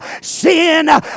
sin